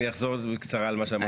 אני אחזור בקצרה על מה שאמרתי.